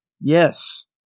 Yes